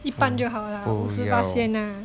一般就好 lah 五十巴仙 ah